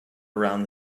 around